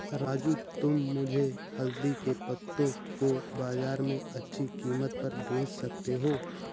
राजू तुम मुझे हल्दी के पत्तों को बाजार में अच्छे कीमत पर बेच सकते हो